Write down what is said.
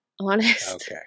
Honest